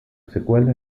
secuela